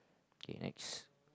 okay next